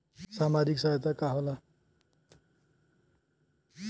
सामाजिक सहायता का होला?